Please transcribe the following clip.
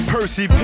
Percy